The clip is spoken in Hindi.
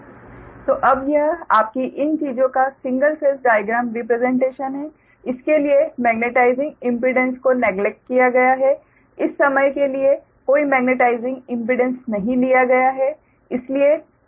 तो अब यह आपकी इन चीजों का सिंगल फेस डाइग्राम रिप्रेसेंटेशन है इस के लिए मेग्नेटाइज़िंग इम्पीडेंस को नेगलेक्ट किया गया है इस समय के लिए कोई मेग्नेटाइज़िंग इम्पीडेंस नहीं लिया गया है